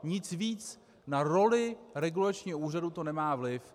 Nic víc na roli regulačního úřadu to nemá vliv.